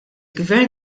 gvern